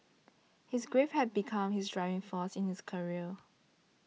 his grief had become his driving force in his career